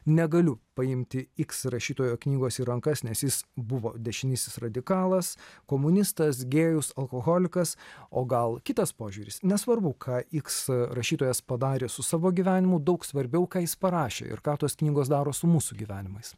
negaliu paimti iks rašytojo knygos į rankas nes jis buvo dešinysis radikalas komunistas gėjus alkoholikas o gal kitas požiūris nesvarbu ką iks rašytojas padarė su savo gyvenimu daug svarbiau ką jis parašė ir ką tos knygos daro su mūsų gyvenimais